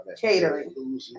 catering